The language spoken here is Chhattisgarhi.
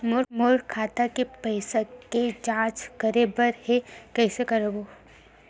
मोर खाता के पईसा के जांच करे बर हे, कइसे करंव?